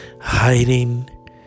hiding